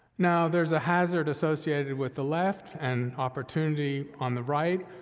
now, there's a hazard associated with the left and opportunity on the right,